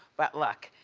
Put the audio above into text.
but look,